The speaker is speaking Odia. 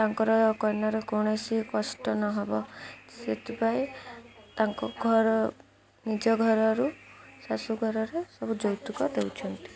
ତାଙ୍କର କନ୍ୟାର କୌଣସି କଷ୍ଟ ନହବ ସେଥିପାଇଁ ତାଙ୍କ ଘର ନିଜ ଘରରୁ ଶାଶୁଘରରେ ସବୁ ଯୌତୁକ ଦେଉଛନ୍ତି